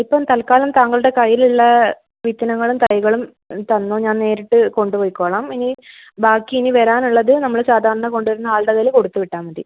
ഇപ്പം തൽക്കാലം താങ്കൾടെ കൈയ്യിലുള്ള വിത്തിനങ്ങളും തൈകളും തന്നോ ഞാൻ നേരിട്ട് കൊണ്ട് പൊയ്ക്കൊള്ളാം ഇനി ബാക്കി ഇനി വരാനുള്ളത് നമ്മള് സാധാരണ കൊണ്ട് വരുന്ന ആൾടെ കൈയ്യില് കൊടുത്ത് വിട്ടാൽ മതി